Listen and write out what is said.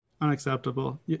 Unacceptable